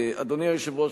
אדוני היושב-ראש,